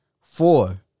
Four